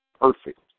perfect